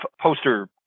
poster